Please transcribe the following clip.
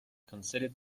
considered